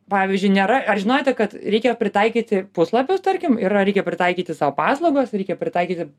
pavyzdžiui nėra ar žinojote kad reikia pritaikyti puslapius tarkim yra reikia pritaikyti savo paslaugas reikia pritaikyti